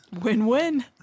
win-win